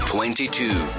Twenty-two